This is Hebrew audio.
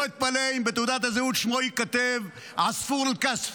לא אתפלא אם בתעודת הזהות שמו ייכתב: (אומר בערבית ומתרגם:)